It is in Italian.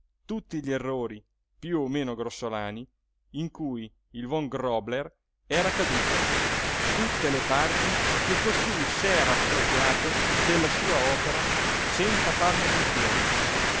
tutti gli errori piú o meno grossolani in cui il von grobler era caduto tutte le parti che costui s'era appropriate della sua opera senza farne menzione